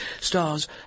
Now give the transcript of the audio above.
stars